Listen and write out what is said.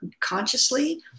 consciously